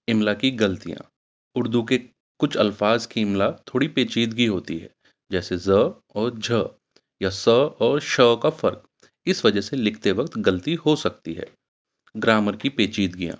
عملا کی غلطیاں اردو کے کچھ الفاظ کی عملا تھوڑی پیچیدگی ہوتی ہے جیسے ز اور جھ یا سو اور شو کا فرق اس وجہ سے لکھتے وقت غلطی ہو سکتی ہے گرامر کی پیچیدگ گیاں